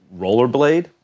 rollerblade